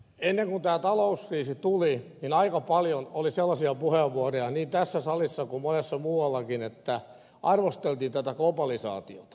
ennen kuin tämä talouskriisi tuli aika paljon oli sellaisia puheenvuoroja niin tässä salissa kuin monesti muuallakin että arvosteltiin tätä globalisaatiota